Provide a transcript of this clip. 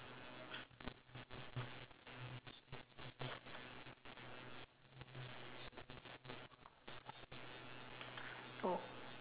oh